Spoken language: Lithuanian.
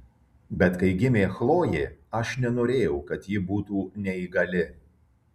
bet kai gimė chlojė aš nenorėjau kad ji būtų neįgali